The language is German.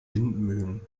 windmühlen